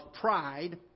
pride